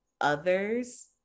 others